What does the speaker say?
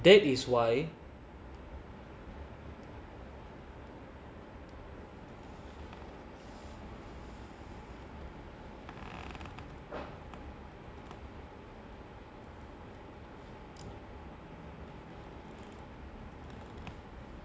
that is why